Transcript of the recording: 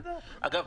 אגב,